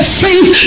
faith